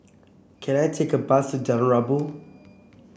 can I take a bus Jalan Rabu